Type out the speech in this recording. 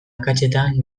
akatsetan